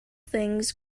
things